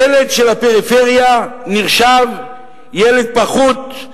ילד בפריפריה נחשב ילד פחות,